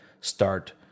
start